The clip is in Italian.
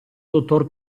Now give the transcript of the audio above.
dottor